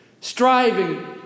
striving